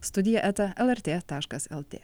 studija eta lrt taškas lt